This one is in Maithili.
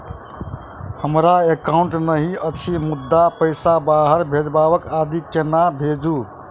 हमरा एकाउन्ट नहि अछि मुदा पैसा बाहर भेजबाक आदि केना भेजू?